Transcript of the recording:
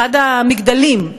לאחד המגדלים,